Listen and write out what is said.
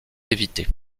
évité